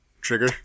Trigger